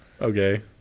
Okay